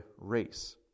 race